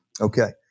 Okay